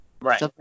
Right